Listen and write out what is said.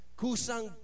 kusang